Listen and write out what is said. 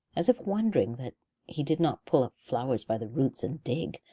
as if wondering that he did not pull up flowers by the roots and dig,